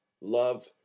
love